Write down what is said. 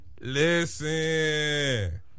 Listen